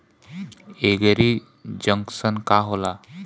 एगरी junction का होला?